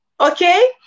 okay